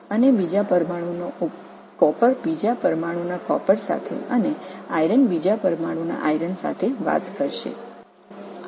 இதன் மற்றொரு மூலக்கூறு காப்பர் தாமிரத்துடன் தொடர்பில் இருக்கும் மற்றொரு மூலக்கூறுடன் இரும்பும் இரும்புடன் தொடர்பில் இருக்கும்